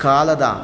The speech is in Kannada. ಕಾಲದ